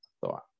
thought